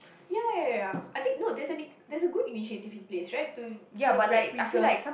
ya ya ya I think no there's any there's a good initiative in place right to kind of like preserve